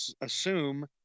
assume